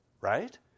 right